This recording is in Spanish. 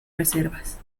reservas